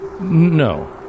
No